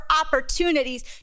opportunities